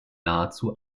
nahezu